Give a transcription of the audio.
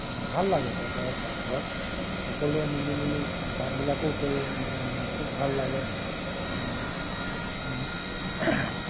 অঁ ভাল লাগে কটাই পাকঘৰত সকলোৱে মিলি মিলি কামবিলাকো কৰোঁ খুব ভাল লাগে